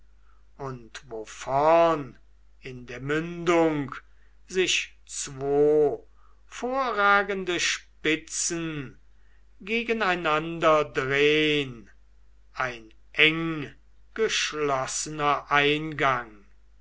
und wo vorn in der mündung sich zwo vorragende spitzen gegeneinander drehn ein enggeschlossener eingang